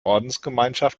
ordensgemeinschaft